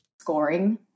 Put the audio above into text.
scoring